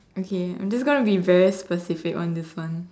okay I'm just gonna be very specific on this one